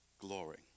glory